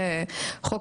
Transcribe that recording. שהחוק,